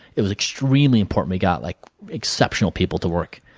it was extremely important we got like exceptional people to work.